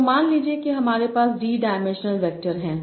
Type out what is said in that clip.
तो मान लीजिए कि हमारे पास d डायमेंशनल वैक्टर हैं